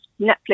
Netflix